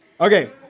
Okay